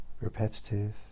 repetitive